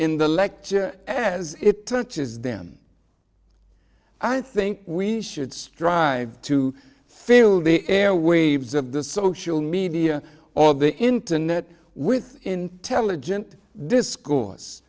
in the lecture as it turns out is them i think we should strive to fill the airwaves of the social media of the internet with intelligent discourse